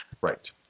Right